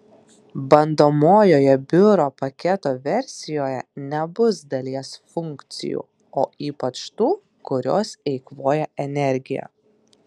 bandomojoje biuro paketo versijoje nebus dalies funkcijų o ypač tų kurios eikvoja energiją